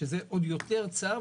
זה עוד יותר צר,